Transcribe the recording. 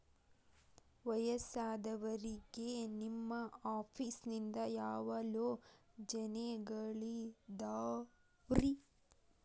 ವಯಸ್ಸಾದವರಿಗೆ ನಿಮ್ಮ ಆಫೇಸ್ ನಿಂದ ಯಾವ ಯೋಜನೆಗಳಿದಾವ್ರಿ?